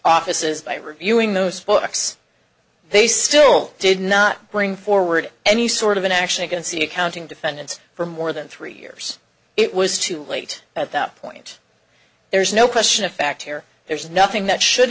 offices by reviewing those folks they still did not bring forward any sort of an action against the accounting defendants for more than three years it was too late at that point there's no question of fact here there is nothing that should